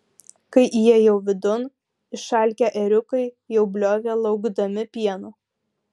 kai įėjau vidun išalkę ėriukai jau bliovė laukdami pieno